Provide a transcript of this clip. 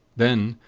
then,